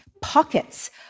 pockets